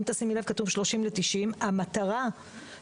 אם תשימי לב כתוב 30 עד 90. המטרה שהמצלמה